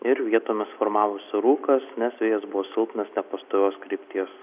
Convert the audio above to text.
ir vietomis formavosi rūkas nes vėjas bus silpnas nepastovios krypties